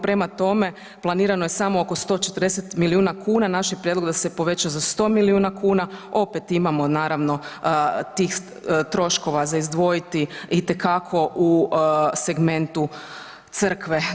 Prema tome planirano je samo oko 140 milijuna kuna, naš je prijedlog da se poveća za 100 milijuna kuna, opet imamo naravno tih troškova za izdvojiti itekako u segmentu crkve.